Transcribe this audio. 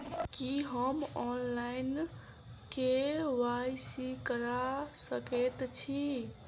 की हम online, KYC करा सकैत छी?